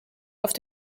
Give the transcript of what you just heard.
auf